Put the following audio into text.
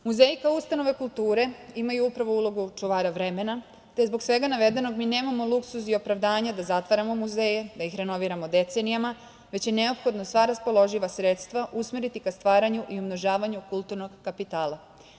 Muzeji kao ustanove kulture imaju upravo ulogu čuvara vremena, te zbog svega navedenog mi nemamo luksuz i opravdanje da zatvaramo muzeje, da ih renoviramo decenijama, već je neophodno sva raspoloživa sredstva usmeriti ka stvaranju i umnožavanju kulturnog kapitala.